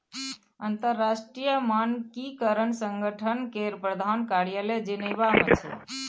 अंतरराष्ट्रीय मानकीकरण संगठन केर प्रधान कार्यालय जेनेवा मे छै